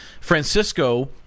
Francisco